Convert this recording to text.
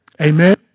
Amen